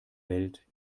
welt